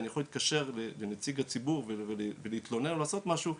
ואני יכול להתקשר לנציג הציבור ולהתלונן או לעשות משהו,